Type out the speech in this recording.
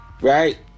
Right